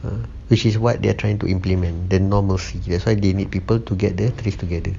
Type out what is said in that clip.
which is what they're trying to implement the normal fee that's why they need people to get their face together